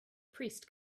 priest